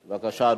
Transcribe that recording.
בבקשה,